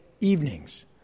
evenings